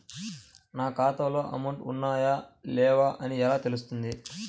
నా ఖాతాలో అమౌంట్ ఉన్నాయా లేవా అని ఎలా తెలుస్తుంది?